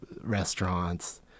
restaurants